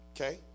okay